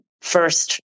first